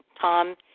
Tom